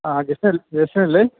അ ജിസൽ ജിസയല്ലേ